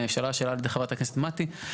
נשאלה שאלה על ידי חברת הכנסת מטי.